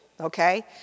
Okay